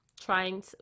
trying